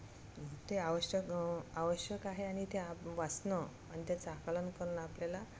ते आवश्यक आवश्यक आहे आणि ते आप वाचणं आणि त्याचं आकलन करून आपल्याला